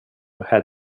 had